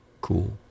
cool